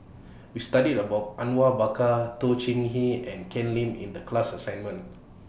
We studied about Awang Bakar Toh Chin Chye and Ken Lim in The class assignment